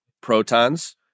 protons